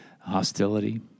hostility